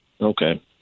Okay